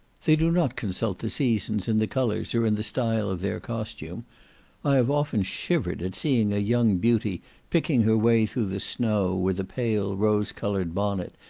they do not consult the seasons in the colours or in the style of their costume i have often shivered at seeing a young beauty picking her way through the snow with a pale rose-coloured bonnet,